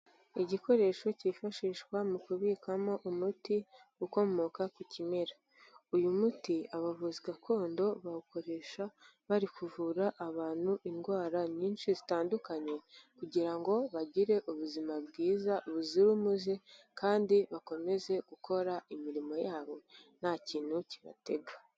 Igikoresho cyifashishwa mu kubikwamo umuti ukomoka ku kimera, uyu muti abavuzi gakondo bawukoresha bari kuvura abantu indwara nyinshi zitandukanye kugira ngo bagire ubuzima bwiza buzira umuze kandi bakomeze gukora imirimo yabo nta kintu kibatega.